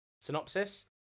synopsis